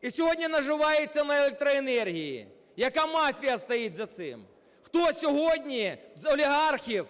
і сьогодні наживається на електроенергії, яка мафія стоїть за цим. Хто сьогодні з олігархів